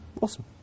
Awesome